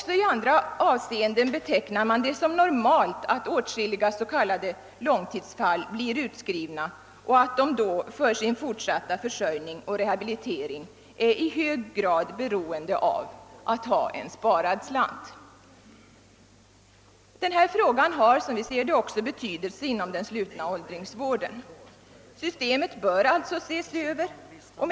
även i andra avseenden betecknar man det som normalt att åtskilliga s.k. långtidsfall blir utskrivna och att de då för sin fortsatta försörjning och rehabilitering är i hög grad beroende av att ha en sparad slant. Denna fråga har, som vi ser det, också betydelse inom den slutna åldringsvården. Systemet bör alltså ses över. Herr talman!